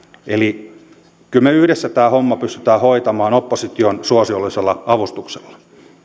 eli kyllä me yhdessä tämän homman pystymme hoitamaan opposition suosiollisella avustuksella